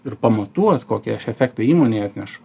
ir pamatuot kokį aš efektą įmonei atnešu